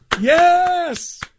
Yes